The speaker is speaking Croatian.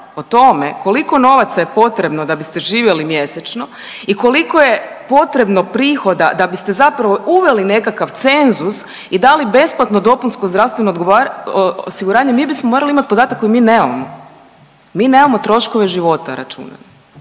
o tome koliko novaca je potrebno da biste živjeli mjesečno i koliko je potrebno prihoda da biste zapravo uveli nekakav cenzus i dali besplatno dopunsko zdravstveno osiguranje, mi bismo morali imati podatak koji mi nemamo. Mi nemamo troškove života račune,